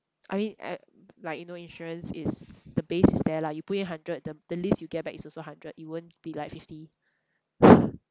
I mean at like you know insurance is the base is there lah you put in hundred the the least you get back is also hundred it won't be like fifty